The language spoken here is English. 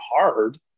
hard